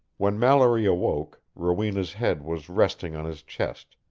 when mallory awoke, rowena's head was resting on his chest,